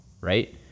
right